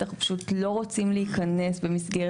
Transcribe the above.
אנחנו פשוט לא רוצים להיכנס במסגרת